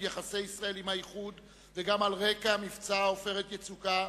יחסי ישראל עם האיחוד וגם על רקע מבצע "עופרת יצוקה",